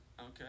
Okay